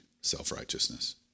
self-righteousness